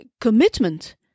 commitment